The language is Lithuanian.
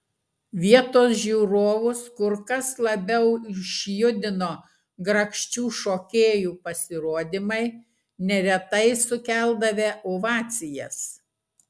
vietos žiūrovus kur kas labiau išjudino grakščių šokėjų pasirodymai neretai sukeldavę ovacijas